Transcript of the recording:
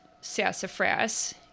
Sassafras